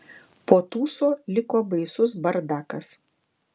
po tūso liko baisus bardakas